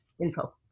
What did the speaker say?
info